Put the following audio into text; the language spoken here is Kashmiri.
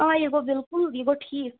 آ یہِ گوٚو بِلکُل یہِ گوٚو ٹھیٖک